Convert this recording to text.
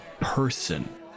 person